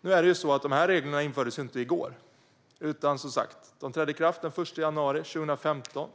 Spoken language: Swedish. Dessa regler infördes inte i går. De trädde, som sagt, i kraft den 1 januari 2015.